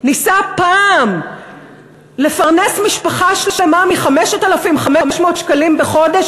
ניסה פעם לפרנס משפחה שלמה מ-5,500 שקלים בחודש,